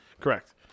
Correct